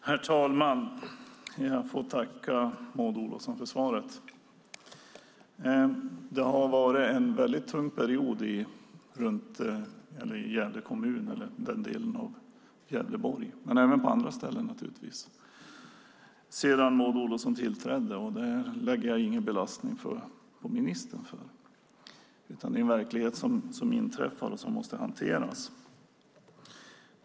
Herr talman! Jag tackar Maud Olofsson för svaret. Det har varit en väldigt tung period i Gävle kommun och den delen av Gävleborg, men även på andra ställen, sedan Maud Olofsson tillträdde. Det är ingenting som jag lastar ministern för, utan det är den verkligheten som vi har och som måste hanteras.